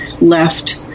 left